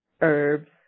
herbs